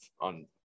on